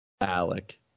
Alec